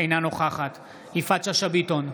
אינה נוכחת יפעת שאשא ביטון,